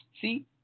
see